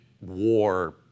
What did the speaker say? war